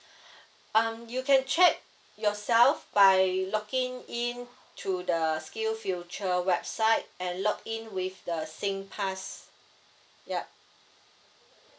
um you can check yourself by logging in to the skill future website and login with the sing pass yup